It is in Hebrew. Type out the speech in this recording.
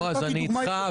בועז אני איתך.